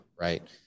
right